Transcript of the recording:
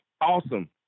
awesome